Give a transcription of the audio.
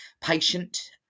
patient